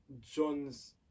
John's